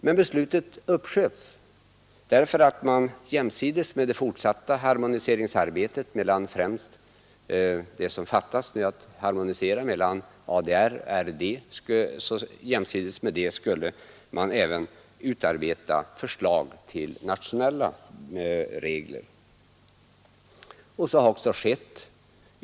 Men beslutet uppsköts därför att man jämsides med det fortsatta harmoniseringsarbetet mellan ADR och RID skulle utarbeta förslag till nationella regler. Så har också skett.